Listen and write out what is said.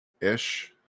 Ish